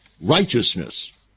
righteousness